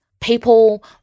people